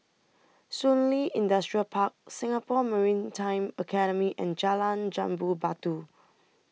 Shun Li Industrial Park Singapore Maritime Academy and Jalan Jambu Batu